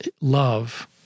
love